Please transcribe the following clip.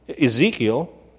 Ezekiel